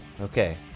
Okay